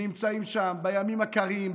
שנמצאים שם בימים הקרים,